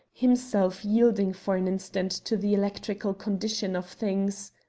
himself yielding for an instant to the electrical condition of things.